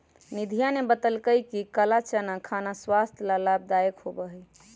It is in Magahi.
निधिया ने बतल कई कि काला चना खाना स्वास्थ्य ला लाभदायक होबा हई